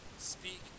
Speak